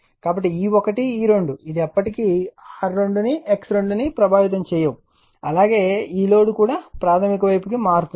కాబట్టి E1 E2 ఇది ఎప్పటికీ R2 X2 ను ప్రభావితం చేయదు అలాగే ఈ లోడ్ కూడా ప్రాధమిక వైపుకు మారుతుంది